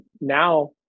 Now